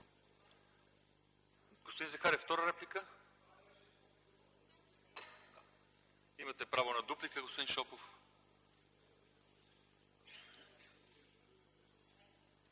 Господин Захариев – втора реплика? Имате право на дуплика, господин Шопов.